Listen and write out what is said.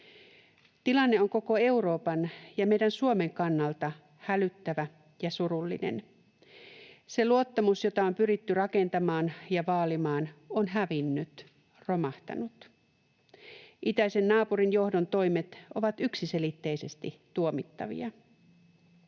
Tilanne on koko Euroopan ja meidän Suomen kannalta hälyttävä ja surullinen. Se luottamus, jota on pyritty rakentamaan ja vaalimaan, on hävinnyt, romahtanut. Itäisen naapurin johdon toimet ovat yksiselitteisesti tuomittavia.